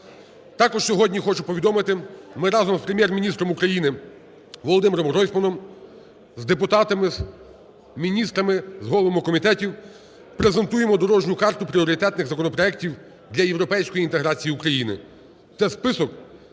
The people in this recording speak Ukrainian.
Також сьогодні хочу повідомити, ми разом з Прем'єр-міністром України Володимиром Гройсманом, з депутатами, з міністрами, з головами комітетів презентуємо дорожню карту пріоритетних законопроектів для європейської інтеграції України.